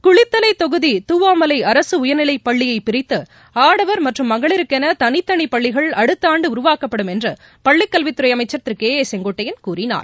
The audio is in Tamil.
குளித்தலை தொகுதி துவாமலை அரசு உயர்நிலைப் பள்ளியை பிரித்து ஆடவர் மற்றும் மகளிருக்கென தனித்தனி பள்ளிகள் அடுத்த ஆண்டு உருவாக்கப்படும் என்று பள்ளிக் கல்வித்துறை அமைச்சர் திரு கே ஏ செங்கோட்டையன் கூறினார்